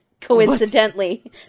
coincidentally